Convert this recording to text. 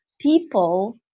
people